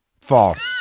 False